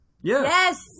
Yes